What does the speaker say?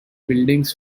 buildings